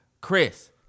Chris